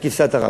רק כבשת הרש.